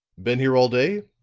been here all day?